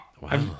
Wow